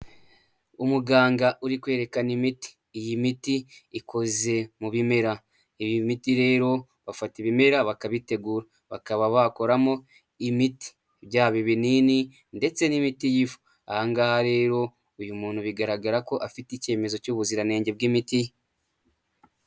Umuganga uri kwerekana imiti iyi miti ikoze mu bimera, ibi miti rero bafata ibimera bakabitegura bakaba bakoramo imiti byaba ibinini ndetse n'imiti y'ifu aha ngaha rero uyu muntu bigaragara ko afite icyemezo cy'ubuziranenge bw'imiti.